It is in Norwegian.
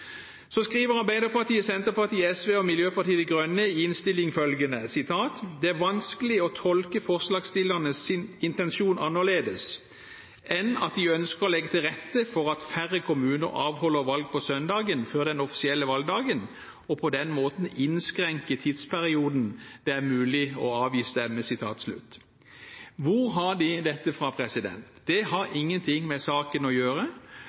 Så skriver Arbeiderpartiet, Senterpartiet, SV og Miljøpartiet De Grønne følgende i innstillingen: «Det er vanskelig å tolke forslagsstillernes intensjon annerledes enn at de ønsker å legge til rette for at færre kommuner avholder valg på søndagen før den offisielle valgdagen, og på den måten innskrenke tidsperioden det er mulig å avgi stemme.» Hvor har de dette fra? Det har ingenting med saken å gjøre,